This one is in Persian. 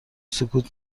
سکوت